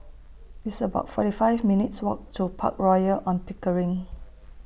It's about forty five minutes' Walk to Park Royal on Pickering